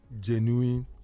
genuine